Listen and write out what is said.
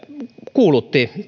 kuulutti